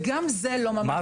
ממש